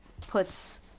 puts